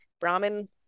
Brahmin